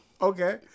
Okay